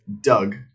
Doug